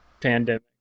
pandemic